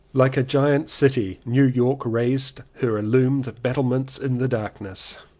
like a giant city new york raised her illumined battlements in the darkness.